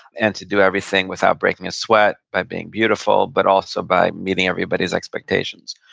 and to do everything without breaking a sweat, by being beautiful, but also by meeting everybody's expectations.